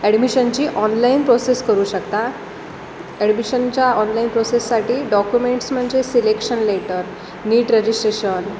ॲडमिशनची online process करू शकता ॲडमिशनच्या ऑनलाईन प्रोसेससाठी डॉक्युमेंट्स म्हणजे सिलेक्शन लेटर नीट रजिस्ट्रेशन